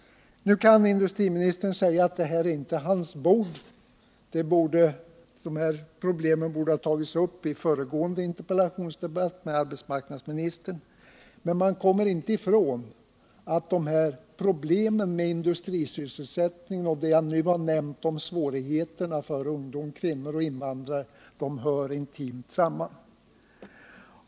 Industriministern kan säga att det här inte är hans bord — de här problemen borde ha tagits upp i föregående interpellationsdebatt med arbetsmarknadsministern. Men man kommer inte ifrån att problemen med industrisysselsättningen och svårigheterna för ungdomar, kvinnor och invandrare hör intimt samman.